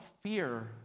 fear